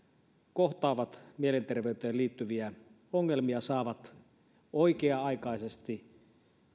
kohtaavat mielenterveyteen liittyviä ongelmia saavat oikea aikaisesti